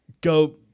go